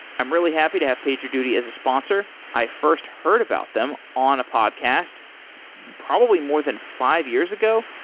i'm really happy to have pager duty as a sponsor. i first heard about them on a podcast probably more than five years ago.